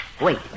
Wait